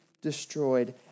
destroyed